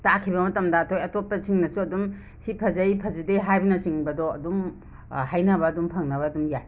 ꯊꯥꯛꯈꯤꯕ ꯃꯠꯝꯗ ꯑꯇꯣꯞ ꯑꯇꯣꯞꯄꯁꯤꯡꯅꯁꯨ ꯑꯗꯨꯝ ꯁꯤ ꯐꯖꯩ ꯐꯖꯗꯦ ꯍꯥꯏꯕꯅꯆꯤꯡꯕꯗꯣ ꯑꯗꯨꯝ ꯍꯥꯏꯅꯕ ꯑꯗꯨꯝ ꯐꯪꯅꯕ ꯑꯗꯨꯝ ꯌꯥꯏ